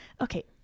okay